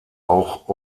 auch